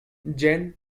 gen